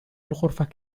الغرفة